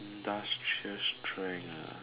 industrial strength ah